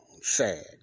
sad